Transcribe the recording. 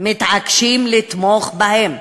מתעקשים לתמוך בהם.